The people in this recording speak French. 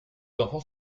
enfants